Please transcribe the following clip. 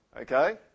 okay